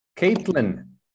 Caitlin